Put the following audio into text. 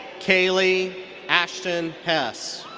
kaleigh ashton hess.